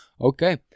Okay